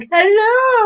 Hello